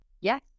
Yes